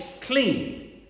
clean